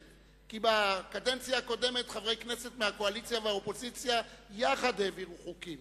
כי בקדנציה הקודמת חברי כנסת מהקואליציה ומהאופוזיציה יחד העבירו חוקים,